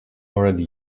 already